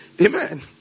Amen